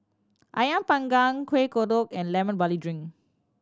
Ayam Panggang Kueh Kodok and Lemon Barley Drink